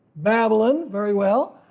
babylon very well,